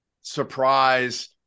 surprise